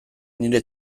nire